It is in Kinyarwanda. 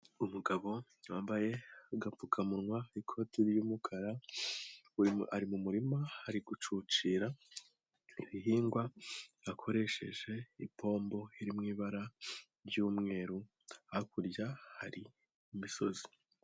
Umugabo wambaye agapfukamunwa, n'ikoti ry'umukara, ari mu murima, ari gucucira ibihingwa, akoresheje ipombo iri mu ibara ry'umweru hakurya hari imisozi.